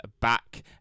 back